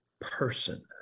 person